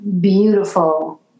beautiful